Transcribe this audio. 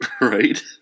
right